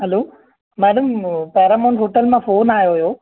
hello madam Paramount hotel मां phone आयो हुयो